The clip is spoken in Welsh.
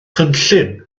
cynllun